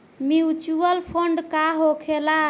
Mutual fund का होखेला?